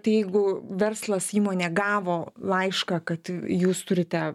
tai jeigu verslas įmonė gavo laišką kad jūs turite